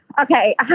Okay